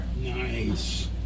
Nice